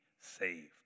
saved